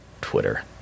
Twitter